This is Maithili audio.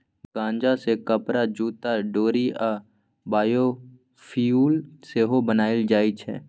गांजा सँ कपरा, जुत्ता, डोरि आ बायोफ्युल सेहो बनाएल जाइ छै